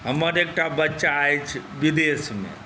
हमर एकटा बच्चा अछि विदेशमे